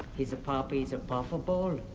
his papa is and puffball,